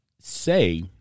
say